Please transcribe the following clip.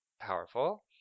powerful